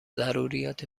ضروریات